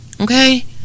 Okay